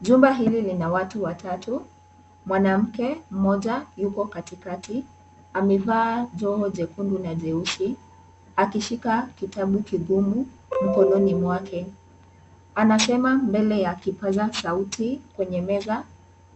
Jumba hili lina watu watatu. Mwanamke mmoja yuko katikati. Amevaa joho jekundu na jeusi akishika kitabu chekundu mkononi mwake. Anasema mbele ya kipaza sauti kwenye meza